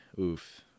oof